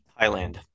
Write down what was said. Thailand